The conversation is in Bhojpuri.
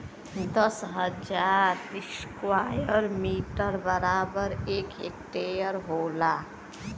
दस हजार स्क्वायर मीटर बराबर एक हेक्टेयर होला